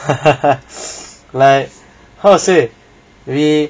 like how to say we